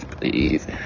please